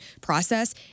process